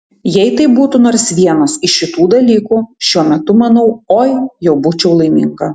jei tai būtų nors vienas iš šitų dalykų šiuo metu manau oi jau būčiau laiminga